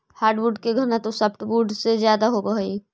hardwood के घनत्व softwood से ज्यादा होवऽ हइ